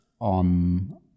on